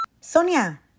Sonia